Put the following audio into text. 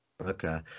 Okay